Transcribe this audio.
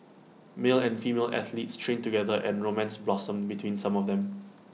male and female athletes trained together and romance blossomed between some of them